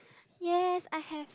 yes I have